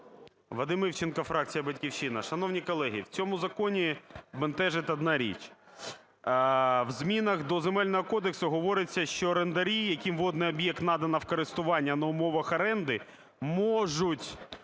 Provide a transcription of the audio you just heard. Вадим Івченко, фракція "Батьківщина". Шановні колеги, в цьому законі бентежить одна річ. В змінах до Земельного кодексу говориться, що орендарі, яким водний об'єкт надано в користування на умовах оренди, можуть